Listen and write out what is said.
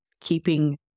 Keeping